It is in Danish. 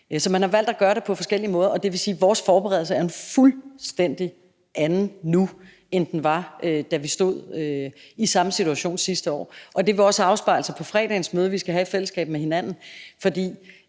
Så man har valgt at gøre det på forskellige måder, og det vil sige, at vores forberedelse nu er en fuldstændig anden, end den var, da vi stod i samme situation sidste år, og det vil også afspejle sig på fredagens møde, som vi skal have med hinanden. For